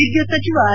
ವಿದ್ದುತ್ ಸಚಿವ ಆರ್